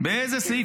באיזה סעיף?